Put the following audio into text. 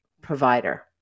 provider